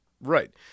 Right